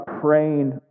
praying